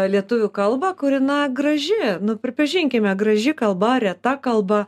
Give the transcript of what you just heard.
lietuvių kalbą kuri na graži nu pripažinkime graži kalba reta kalba